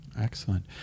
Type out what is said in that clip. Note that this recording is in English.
Excellent